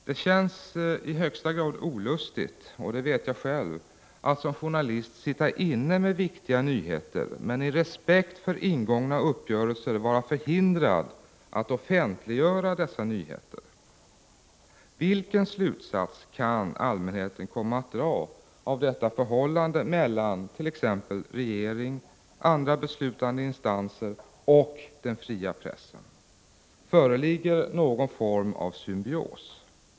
Det känns i högsta grad olustigt — det vet jag själv — att som journalist sitta inne med viktiga nyheter, men i respekt för ingångna uppgörelser vara förhindrad att offentliggöra dessa nyheter. Vilken slutsats kan allmänheten komma att dra av detta förhållande mellan t.ex. regering, andra beslutande instanser och den fria pressen? Föreligger någon form av symbios?